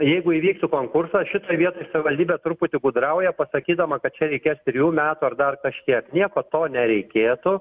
jeigu įvyktų konkursas šitoj vietoj savivaldybė truputį gudrauja pasakydama kad čia reikės trijų metų ar dar kažkiek nieko to nereikėtų